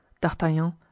D'Artagnan